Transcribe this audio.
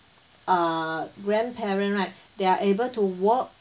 err grandparent right they are able to walk